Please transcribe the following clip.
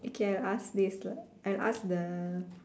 okay I'll ask this lah I'll ask the